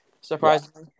surprisingly –